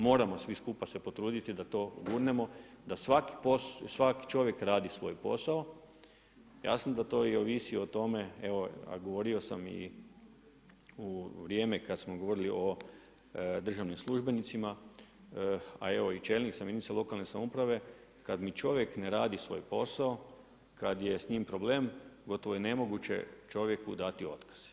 Moramo svi skupa se potruditi da to gurnemo, da svaki čovjek radi svoj posao, jasno da to i ovisi o tome, evo, a govorio sam i u vrijeme kad smo govorili o državnim službenicima, a evo čelnika jedinica lokalne samouprave, kad mi čovjek ne radi svoj posao, kad je s njim problem, po tom je nemoguće čovjeku dati otkaz.